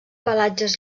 pelatges